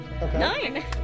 Nine